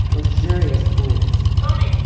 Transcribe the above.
luxurious pools tony!